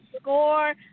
score